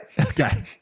Okay